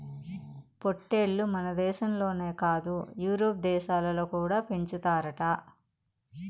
పొట్టేల్లు మనదేశంలోనే కాదు యూరోప్ దేశాలలో కూడా పెంచుతారట